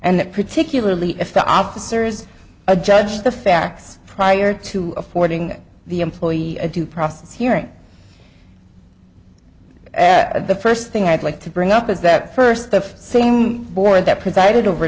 that particularly if the officers a judge the facts prior to affording the employee a due process hearing the first thing i'd like to bring up is that first the same board that presided over